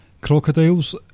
Crocodiles